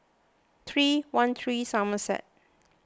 three one three Somerset